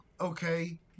okay